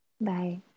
Bye